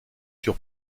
sur